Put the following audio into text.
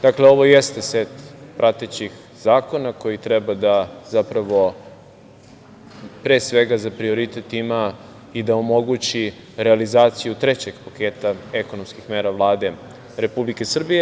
Dakle, ovo jeste set pratećih zakona koji treba da zapravo pre svega za prioritet ima i da omogući realizaciju trećeg paketa ekonomskih mera Vlade Republike Srbije.